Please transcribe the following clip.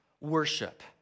worship